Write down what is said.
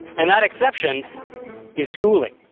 and that exception is schooling.